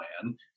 plan